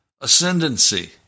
ascendancy